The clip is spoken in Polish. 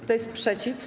Kto jest przeciw?